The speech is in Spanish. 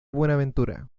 buenaventura